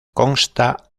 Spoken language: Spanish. consta